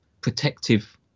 protective